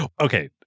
Okay